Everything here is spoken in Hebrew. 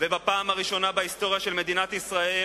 בפעם הראשונה בהיסטוריה של מדינת ישראל